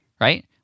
right